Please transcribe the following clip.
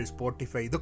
Spotify